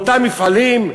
באותם מפעלים.